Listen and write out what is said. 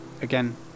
again